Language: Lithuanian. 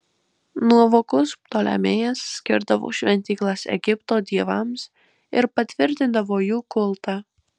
nuovokus ptolemėjas skirdavo šventyklas egipto dievams ir patvirtindavo jų kultą